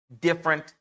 different